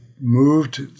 moved